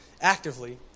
actively